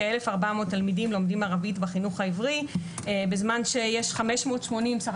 כ-1,400 תלמידים לומדים ערבית בחינוך העברי בזמן שיש בסך